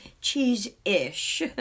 cheese-ish